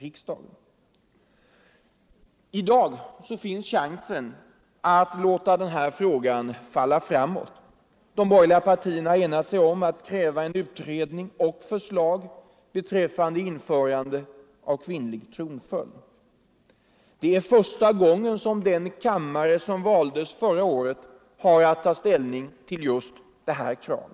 I dag finns chansen att låta frågan falla framåt. De borgerliga partierna har enat sig om att kräva utredning och förslag beträffande införande av kvinnlig tronföljd. Det är första gången den kammare som valdes förra året har att ta ställning till detta krav.